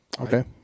Okay